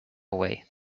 away